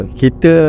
kita